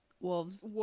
Wolves